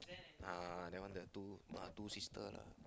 uh that one the two uh two sister lah